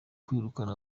kwirukana